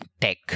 tech